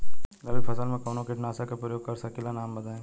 रबी फसल में कवनो कीटनाशक के परयोग कर सकी ला नाम बताईं?